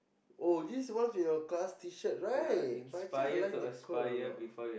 oh this was your class t-shirt right but actually I like that colour a lot